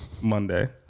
Monday